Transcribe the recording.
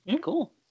cool